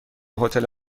هتل